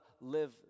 live